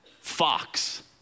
fox